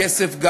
הכסף,